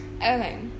Okay